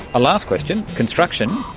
last question construction,